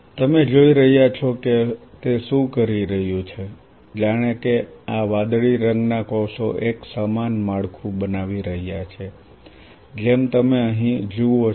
તમે જોઈ રહ્યા છો કે તે શું કરી રહ્યું છે જાણે કે આ વાદળી રંગના કોષો એક સમાન માળખું બનાવી રહ્યા છે જેમ તમે અહીં જુઓ છો